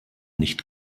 nicht